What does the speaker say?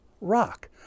rock